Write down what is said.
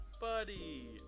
Buddy